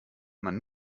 man